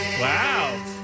Wow